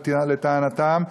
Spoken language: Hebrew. לטענתם,